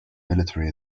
military